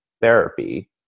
therapy